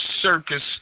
circus